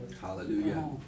Hallelujah